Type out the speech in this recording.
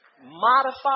modify